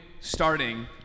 starting